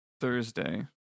thursday